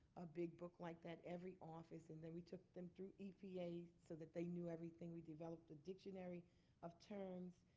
a big book like that, every office. and then we took them through epa so that they knew everything. we developed the dictionary of terms.